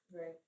Right